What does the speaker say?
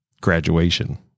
graduation